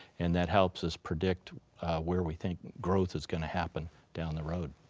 and that helps us predict where we think growth is going to happen down the road.